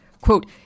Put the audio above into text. quote